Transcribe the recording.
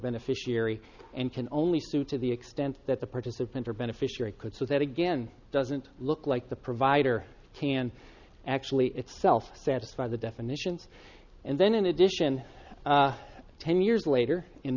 beneficiary and can only sue to the extent that the participant or beneficiary could so that again doesn't look like the provider can actually itself satisfy the definition and then in addition ten years later in